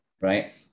right